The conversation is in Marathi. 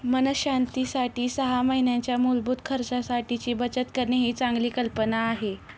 मनःशांतीसाठी सहा महिन्यांच्या मूलभूत खर्चासाठीची बचत करणे ही चांगली कल्पना आहे